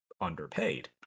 underpaid